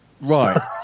Right